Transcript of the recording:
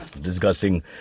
disgusting